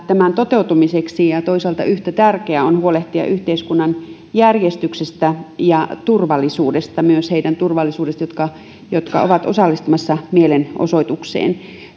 tämän toteutumiseksi on toisaalta yhtä tärkeää huolehtia yhteiskunnan järjestyksestä ja turvallisuudesta myös heidän turvallisuudestaan jotka ovat osallistumassa mielenosoitukseen